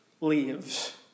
leaves